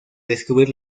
describir